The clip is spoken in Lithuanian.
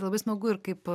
labai smagu ir kaip